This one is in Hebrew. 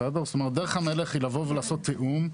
זאת אומרת, דרך המלך היא לבוא ולעשות תיאום,